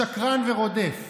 שקרן ורודף,